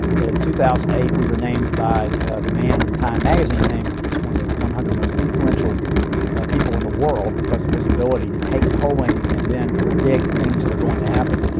in two thousand and eight, we were named by the the man time magazine named as one of the one hundred most influential people in the world because of his ability to take polling and then predict things that are going to happen,